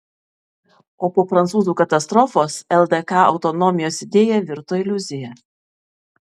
o po prancūzų katastrofos ldk autonomijos idėja virto iliuzija